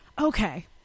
Okay